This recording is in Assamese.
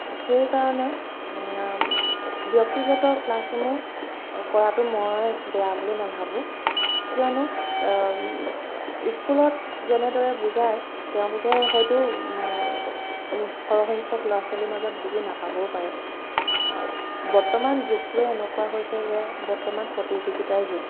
সেইকাৰণে ব্যক্তিগত ক্লাছসমূহ কৰাটো মই বেয়া বুলি নাভাবোঁ কিয়নো স্কুলত যেনেদৰে বুজায় তেওঁলোকে হয়তো সৰহসংখ্যক ল'ৰা ছোৱালীৰ মাজত বুজি নাপাবও পাৰে বৰ্তমান যুগটো এনেকুৱা হৈছে যে বৰ্তমান প্ৰতিযোগিতাৰ যুগ